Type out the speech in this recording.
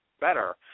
better